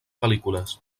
pel·lícules